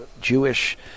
Jewish